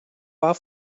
war